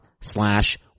slash